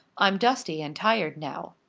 i'm dusty and tired now.